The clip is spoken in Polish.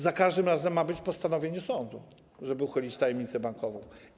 Za każdym razem ma być postanowienie sądu, żeby uchylić tajemnicę bankową.